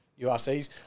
URCs